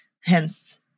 Hence